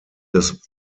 des